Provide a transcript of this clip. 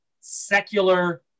secular